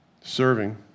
Serving